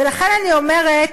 ולכן אני אומרת,